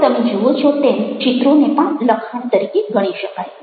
હવે તમે જુઓ છો તેમ ચિત્રોને પણ લખાણ તરીકે ગણી શકાય